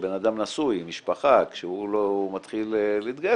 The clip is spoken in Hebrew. כשבן אדם נשוי עם משפחה כשהוא מתחיל להתגייס